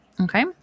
Okay